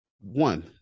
one